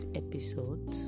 episode